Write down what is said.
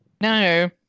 No